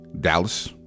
Dallas